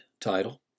title